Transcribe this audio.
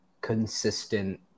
consistent